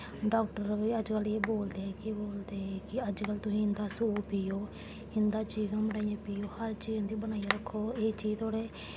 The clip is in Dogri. डाक्टर बी अजकल्ल एह् बोलदे ऐ कि एह् बोलदे कि अजकल्ल तुस इं'दा सूप पियो इं'दा चिकन बनाइयै खाओ हर इक चीज इं'दी बनाइयै रक्खो एह् चीज तोआढ़े